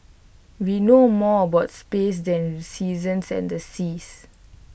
we know more about space than seasons and the seas